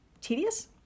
Tedious